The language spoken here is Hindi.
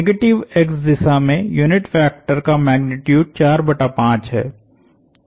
निगेटिव x दिशा में यूनिट वेक्टर का मैग्नीट्यूड 4 बटा 5 है